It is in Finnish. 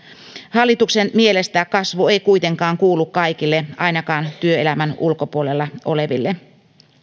hallituksen mielestä kasvu ei kuitenkaan kuulu kaikille ainakaan työelämän ulkopuolella oleville